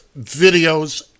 videos